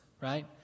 right